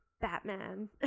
Batman